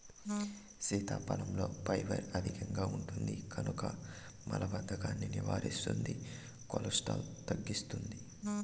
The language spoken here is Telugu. సీతాఫలంలో ఫైబర్ అధికంగా ఉంటుంది కనుక మలబద్ధకాన్ని నివారిస్తుంది, కొలెస్ట్రాల్ను తగ్గిస్తుంది